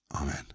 Amen